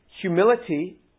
Humility